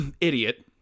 idiot